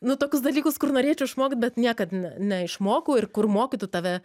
nu tokius dalykus kur norėčiau išmokt bet niekad ne neišmokau ir kur mokytų tave